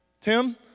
Tim